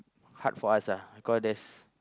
hard for us lah because there's